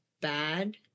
bad